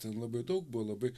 ten labai daug buvo labai